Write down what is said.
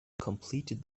completed